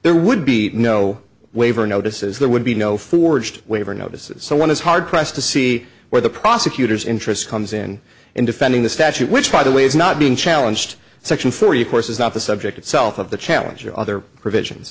there would be no waiver notices there would be no forged waiver notices someone is hard pressed to see where the prosecutors interest comes in in defending the statute which by the way is not being challenged section for you course is not the subject itself of the challenge or other pr